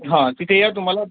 हां तिथे या तुम्हाला